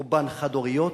רובן חד-הוריות,